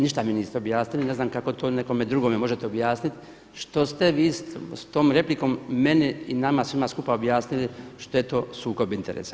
Ništa mi niste objasnili, ne znam kako to nekome drugome možete objasniti što ste vi sa tom replikom meni i nama svima skupa objasnili što je to sukob interesa.